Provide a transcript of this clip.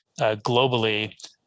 globally